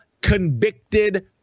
convicted